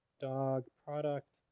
dog product,